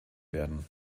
werden